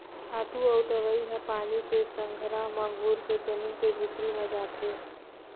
खातू अउ दवई ह पानी के संघरा म घुरके जमीन के भीतरी म जाथे